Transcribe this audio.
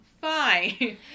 fine